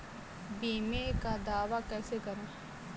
बीमे का दावा कैसे करें?